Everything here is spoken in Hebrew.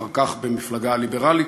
אחר כך במפלגה הליברלית,